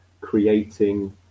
creating